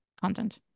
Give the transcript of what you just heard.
content